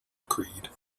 creed